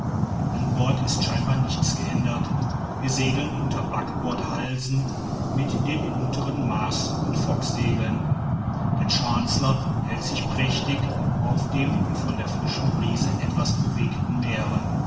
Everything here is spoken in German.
an bord ist scheinbar nichts geändert wir segeln unter backbordhalsen mit den unteren mars und focksegeln der chancellor hält sich prächtig auf dem von der frischen brise etwas bewegten meere